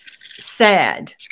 sad